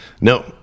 No